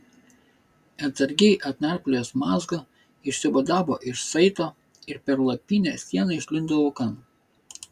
atsargiai atnarpliojęs mazgą išsivadavo iš saito ir per lapinę sieną išlindo laukan